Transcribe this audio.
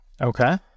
okay